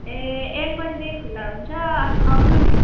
ए एक बजेदेखि खुल्ला हुन्छ आउनु नि